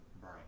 Right